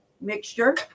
mixture